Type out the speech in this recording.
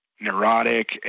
neurotic